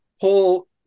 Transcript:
pull